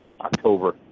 October